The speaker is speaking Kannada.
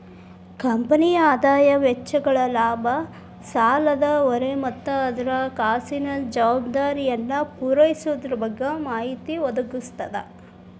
ಕಂಪನಿಯ ಆದಾಯ ವೆಚ್ಚಗಳ ಲಾಭ ಸಾಲದ ಹೊರೆ ಮತ್ತ ಅದರ ಹಣಕಾಸಿನ ಜವಾಬ್ದಾರಿಯನ್ನ ಪೂರೈಸೊದರ ಬಗ್ಗೆ ಮಾಹಿತಿ ಒದಗಿಸ್ತದ